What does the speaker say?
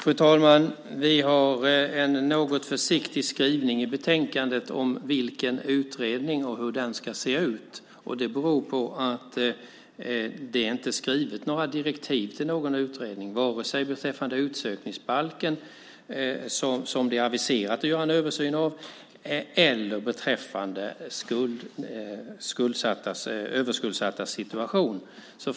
Fru talman! Vi har en något försiktig skrivning i betänkandet om vilken utredning det ska vara och hur den ska se ut. Det beror på att det inte har skrivits några direktiv till någon utredning vare sig beträffande utsökningsbalken, som det har aviserats en översyn av, eller beträffande överskuldsattas situation.